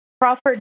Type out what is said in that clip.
crawford